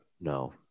No